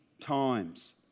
times